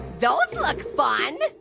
those look fun.